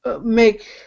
make